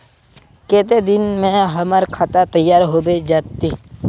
केते दिन में हमर खाता तैयार होबे जते?